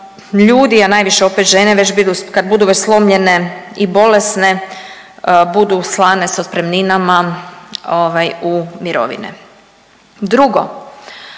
ljudi, a najviše opet žene kad budu već slomljene i bolesne budu slane sa otpremninama u mirovine. Drugo,